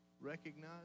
recognize